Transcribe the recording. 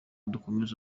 dukomeze